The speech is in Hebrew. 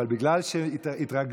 אבל בגלל שהתרגלו